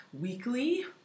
weekly